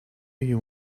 you